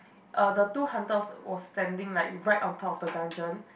uh the two hunters was standing like right on top of the dungeon